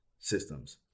systems